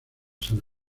san